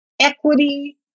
equity